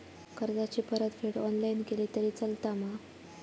कर्जाची परतफेड ऑनलाइन केली तरी चलता मा?